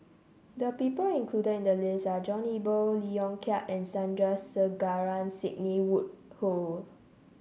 the people included in the list are John Eber Lee Yong Kiat and Sandrasegaran Sidney Woodhull